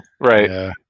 Right